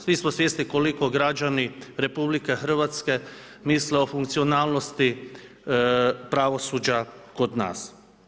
Svi smo svjesni koliko građani RH misle o funkcionalnosti pravosuđa kod nas.